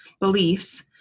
beliefs